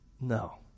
No